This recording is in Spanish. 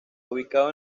ubicado